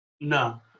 No